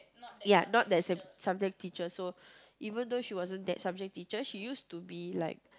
ya not that sub~ subject teacher so even though she wasn't that subject teacher she used to be like